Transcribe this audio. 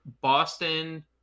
Boston